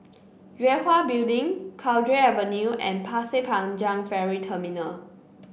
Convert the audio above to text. Yue Hwa Building Cowdray Avenue and Pasir Panjang Ferry Terminal